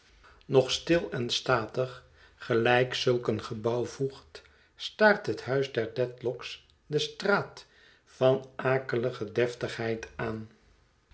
nog stil en statig gelijk zulk een gebouw voegt staart het huis der dedlock's de straat een gervght onder de aanzienlijke connectie van akelige deftigheid aan